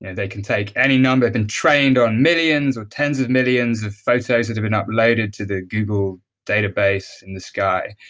and they can take any number, have been trained on millions or tens of millions of photos that have been uploaded to the google database in the sky.